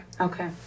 Okay